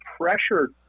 pressure